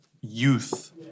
youth